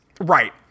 Right